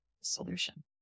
solution